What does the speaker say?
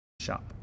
shop